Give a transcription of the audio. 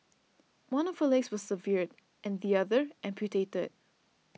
one of her legs was severed and the other amputated